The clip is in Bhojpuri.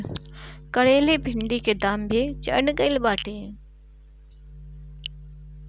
करइली भिन्डी के दाम भी चढ़ गईल बाटे